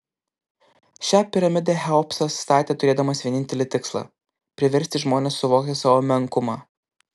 šią piramidę cheopsas statė turėdamas vienintelį tikslą priversti žmones suvokti savo menkumą